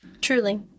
Truly